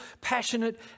passionate